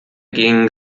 ging